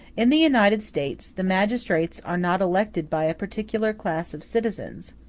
in the united states, the magistrates are not elected by a particular class of citizens,